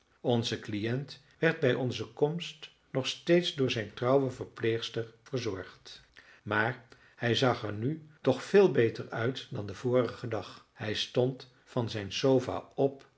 onze cliënt werd bij onze komst nog steeds door zijn trouwe verpleegster verzorgd maar hij zag er nu toch veel beter uit dan den vorigen dag hij stond van zijn sofa op